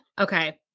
Okay